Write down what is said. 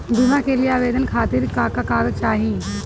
बीमा के लिए आवेदन खातिर का का कागज चाहि?